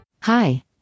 Hi